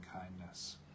kindness